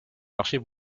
marchés